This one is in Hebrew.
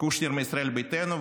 קושניר מישראל ביתנו,